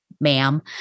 Ma'am